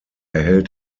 erhält